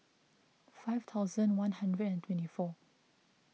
five thousand one hundred and twenty four